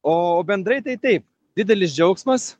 o bendrai tai taip didelis džiaugsmas